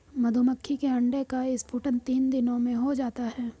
मधुमक्खी के अंडे का स्फुटन तीन दिनों में हो जाता है